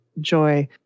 joy